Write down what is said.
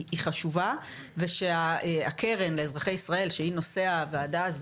היא חשובה ושהקרן לאזרחי ישראל שהיא נושא הוועדה הזו,